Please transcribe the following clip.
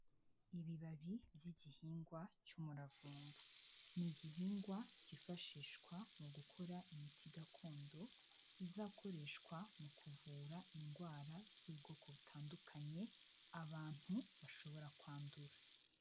Ibibabi by'igihingwa cy'umuravumba, ni igihingwa cyifashishwa mu gukora imiti gakondo, izakoreshwa mu kuvura indwara z'ubwoko butandukanye, abantu bashobora kwandura.